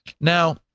Now